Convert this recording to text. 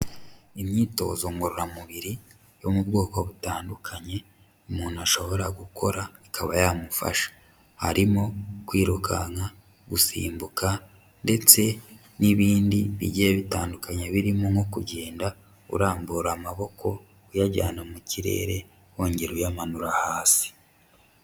Imyitozo ngororamubiri yo mu bwoko butandukanye, umuntu ashobora gukora ikaba yamufasha, harimo kwirukanka, gusimbuka ndetse n'ibindi bigiye bitandukanyekanya, birimo nko kugenda urambura amaboko uyajyana mu kirere wongera uyamanura hasi.